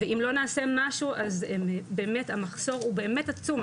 ואם לא נעשה משהו אז המחסור הוא באמת עצום,